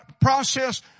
process